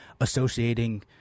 associating